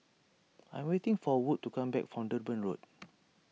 I am waiting for Wood to come back from Durban Road